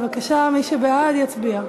בבקשה, מי שבעד, יצביע.